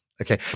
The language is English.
Okay